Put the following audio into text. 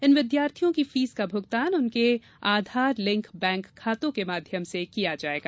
इन विद्यार्थियों की फीस का भुगतान उनके आधार लिंक बैंक खातों के माध्यम से किया जायेगा